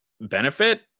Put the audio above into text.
benefit